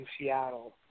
Seattle